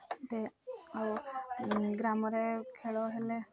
ମୋତେ ଆଉ ଗ୍ରାମରେ ଖେଳ ହେଲେ